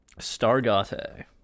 Stargate